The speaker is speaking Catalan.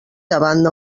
davant